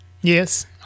yes